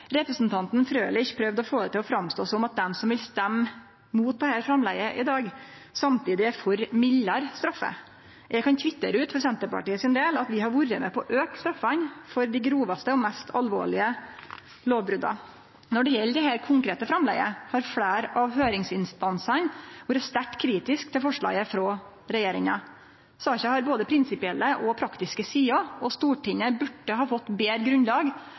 Representanten Frølich prøvde å få det til å framstå som at dei som vil stemme mot dette framlegget i dag, samtidig er for mildare straffer. Eg kan kvittere ut for Senterpartiet sin del at vi har vore med på å auke straffene for dei grovaste og mest alvorlege lovbrota. Når det gjeld dette konkrete framlegget, har fleire av høyringsinstansane vore sterkt kritiske til forslaget frå regjeringa. Saka har både prinsipielle og praktiske sider, og Stortinget burde ha fått betre grunnlag